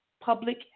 public